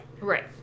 Right